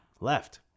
left